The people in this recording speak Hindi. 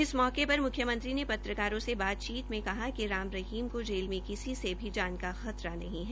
इस मौके पर मुख्यमंत्री ने पत्रकारों से बातचीत में कहा कि राम रहीम को जेल में किसी से भी जान का खतरा नहीं है